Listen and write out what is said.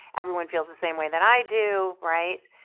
everyone feels the same way that i do, right?